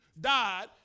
died